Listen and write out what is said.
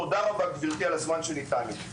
תודה רבה גברתי על הזמן שניתן לי.